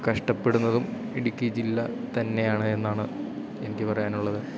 കഷ്ടപ്പെടുന്നതും ഇടുക്കി ജില്ല തന്നെയാണ് എന്നാണ് എനിക്ക് പറയാനുള്ളത്